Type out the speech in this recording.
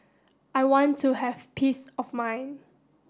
I want to have peace of mind